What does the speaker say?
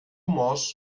morsch